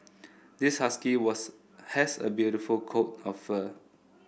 this husky was has a beautiful coat of fur